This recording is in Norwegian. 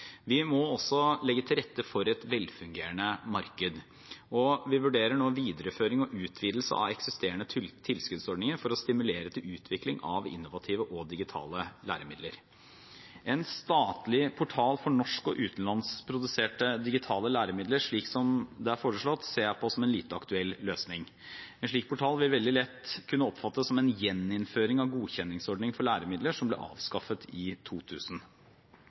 Vi må også legge til rette for et velfungerende marked, og vi vurderer nå videreføring og utvidelse av eksisterende tilskuddsordninger for å stimulere til utvikling av innovative og digitale læremidler. En statlig portal for norsk- og utenlandskproduserte digitale læremidler, slik det er foreslått, ser jeg på som en lite aktuell løsning. En slik portal vil veldig lett kunne oppfattes som en gjeninnføring av godkjenningsordningen for læremidler, som ble avskaffet i 2000.